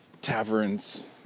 taverns